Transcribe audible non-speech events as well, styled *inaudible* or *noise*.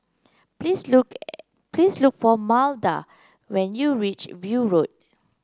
please look *unintelligible* please look for Maida when you reach View Road